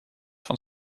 van